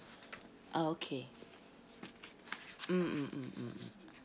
ah okay mm mm mm mm mm